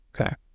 Okay